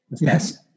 Yes